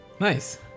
Nice